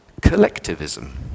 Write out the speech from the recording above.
collectivism